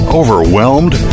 overwhelmed